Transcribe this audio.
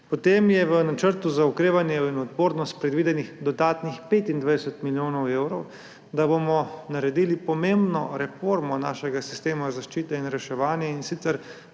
Potem je v Načrtu za okrevanje in odpornost predvidenih dodatnih 25 milijonov evrov, da bomo naredili pomembno reformo našega sistema zaščite in reševanja, in sicer